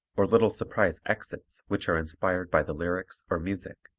or little surprise exits which are inspired by the lyrics or music.